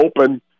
open